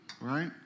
right